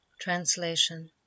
translation